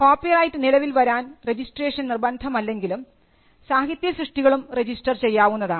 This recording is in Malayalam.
കോപ്പിറൈറ്റ് നിലവിൽ വരാൻ രജിസ്ട്രേഷൻ നിർബന്ധമല്ലെങ്കിലും സാഹിത്യസൃഷ്ടികളും രജിസ്റ്റർ ചെയ്യാവുന്നതാണ്